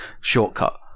shortcut